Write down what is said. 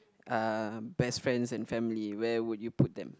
uh best friends and family where would you put them